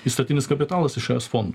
įstatinis kapitalas iš es fondų